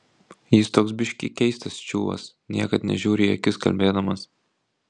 jis toks biškį keistas čiuvas niekad nežiūri į akis kalbėdamas